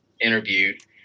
interviewed